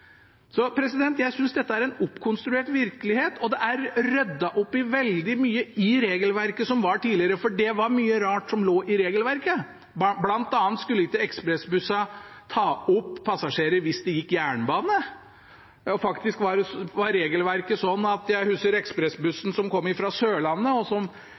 opp veldig mye i det regelverket som var tidligere, for det var mye rart som lå i regelverket. Blant annet skulle ikke ekspressbussene ta opp passasjerer hvis det gikk jernbane. Jeg husker at ekspressbussen som kom fra Sørlandet, og